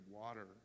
water